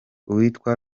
uwitwa